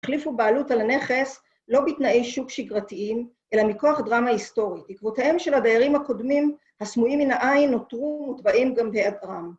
החליפו בעלות על הנכס לא בתנאי שוק שגרתיים, אלא מכוח דרמה היסטורית. עקבותיהם של הדיירים הקודמים הסמויים מן העין נותרו מוטבעים גם בהעדרם.